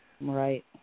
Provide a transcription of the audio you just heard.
right